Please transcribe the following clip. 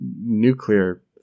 nuclear